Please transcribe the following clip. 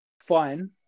Fine